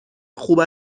خوب